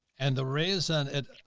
and the reason it,